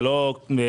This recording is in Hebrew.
זה לא השיטה.